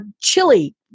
chili